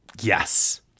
Yes